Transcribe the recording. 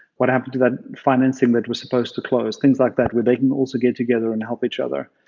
what happened to that financing that was supposed to close? things like that where they can also get together and help each other.